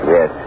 Yes